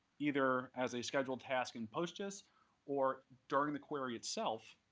either as a scheduled task in postgis or during the query itself,